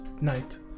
night